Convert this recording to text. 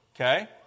Okay